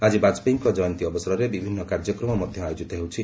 ଆଜି ବାଜପେୟୀଙ୍କ ଜୟନ୍ତୀ ଅବସରରେ ବିଭିନ୍ନ କାର୍ଯ୍ୟକ୍ରମ ମଧ୍ୟ ଆୟୋକିତ ହେଉଛି